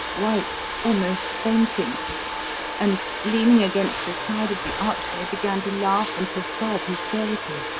white, almost fainting and, leaning against the side of the archway, began to laugh and to sob hysterically.